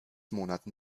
monaten